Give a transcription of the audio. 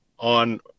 on